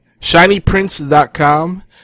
shinyprince.com